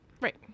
right